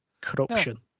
Corruption